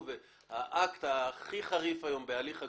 האקט הכי חריף היום בהליך הגבייה,